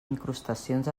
incrustacions